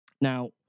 Now